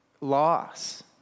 loss